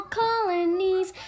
colonies